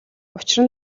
учир